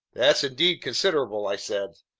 that's indeed considerable, i said.